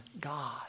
God